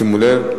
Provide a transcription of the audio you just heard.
שימו לב.